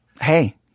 hey